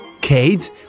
Kate